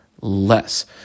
less